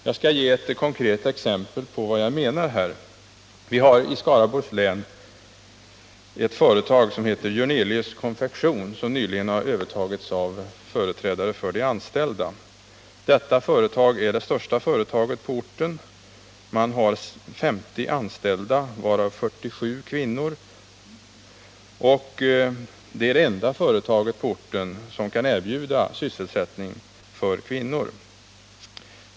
Jag skall ge ett konkret exempel på vad jag menar. Vi har i Skaraborgs län ett företag som heter Jörnelius Konfektions AB, som nyligen har övertagits av företrädare för de anställda. Detta företag är det största företaget på orten med 50 anställda, varav 47 kvinnor, och det är det enda företaget på orten som kan erbjuda sysselsättning för kvinnor.